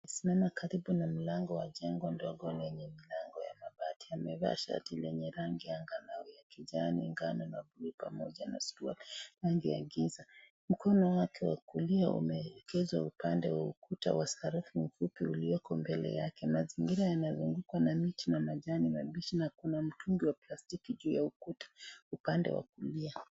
...Amesimama karibu na mlango wa jengo ndogo lenye milango ya mabati. Amevaa shati lenye rangi angavu ya kijani, njano pamoja na suruali ya rangi ya giza. Mkono wake wa kulia umeelekezwa upande wa ukuta wa saruji mfupi ulioko mbele yake. Mazingira yana miti na majani mabichi. Na kuna mtungi wa plastiki juu ya ukuta upande wa kulia.